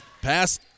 Pass